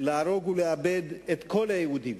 להרוג ולאבד את כל היהודים.